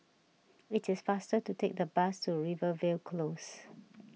it is faster to take the bus to Rivervale Close